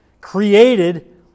created